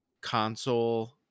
console